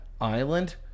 Island